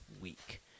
week